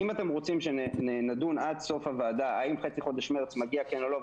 אם אתם רוצים שנדון עד סוף הוועדה האם חצי חודש מרץ מגיע כן או לא,